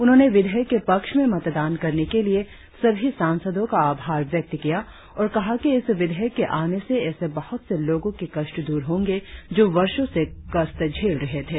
उन्होंने विधेयक के पक्ष में मतदान करने के लिए सभी सांसदों का आभार व्यक्त किया और कहा कि इस विधेयक के आने से ऐसे बहुत से लोगों के कष्ट द्रर होंगे जो वर्षों से कष्ट झेल रहे थे